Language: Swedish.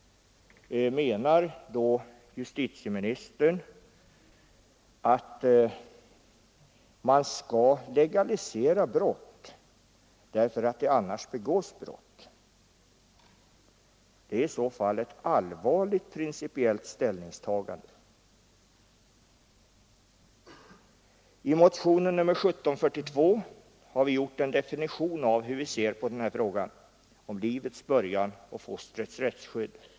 Menar då justitieministern att man skall legalisera brott därför att det annars begås brott? Det är i så fall ett allvarligt principiellt ställningstagande. I motionen 1742 har vi gjort en definition av hur vi ser på den här frågan om livets början och fostrets rättsskydd.